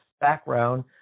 background